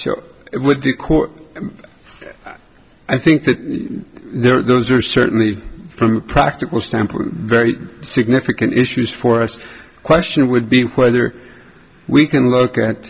so with the court i think that there are those are certainly from a practical standpoint very significant issues for us a question would be whether we can look at